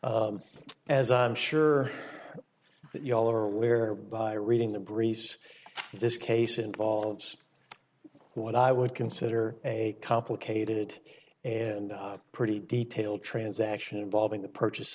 me as i'm sure you all are leer by reading the breeze this case involves what i would consider a complicated and pretty detailed transaction involving the purchase